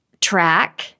track